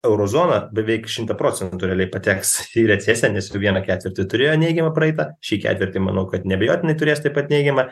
euro zona beveik šimtą procentų realiai pateks į recesiją nes jau vieną ketvirtį turėjo neigiamą praeitą šį ketvirtį manau kad neabejotinai turės taip pat neigiamą